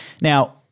Now